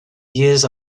years